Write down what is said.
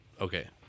okay